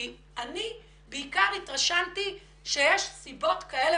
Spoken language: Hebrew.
כי אני בעיקר התרשמתי שיש סיבות כאלה